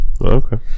Okay